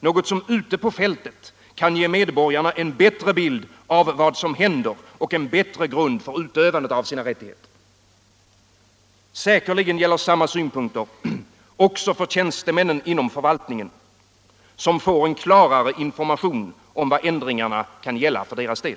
något som ute på fältet kan ge medborgarna en bättre bild av vad som händer och en bättre grund för utövandet av sina rättigheter. Säkerligen gäller samma synpunkter också för tjänstemännen inom förvaltningen, som får en klarare information om vad ändringarna kan gälla för deras del.